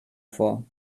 vor